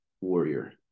warrior